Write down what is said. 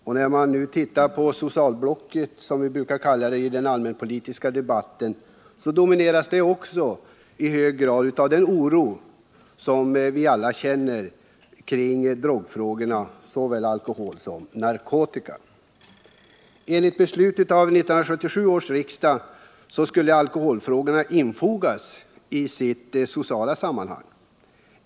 Och när vi nu tittar på socialblocket, som vi brukar kalla det, i den allmänpolitiska debatten så ser vi att också det domineras i hög grad av den oro som vi alla känner kring drogfrågorna. Det gäller såväl alkohol som narkotika. Enligt beslut av 1977 års riksdag skulle alkoholfrågorna infogas i sitt sociala sammanhang.